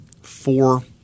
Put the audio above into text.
four